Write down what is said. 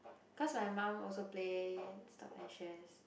cause my mum also play stocks and shares